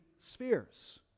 spheres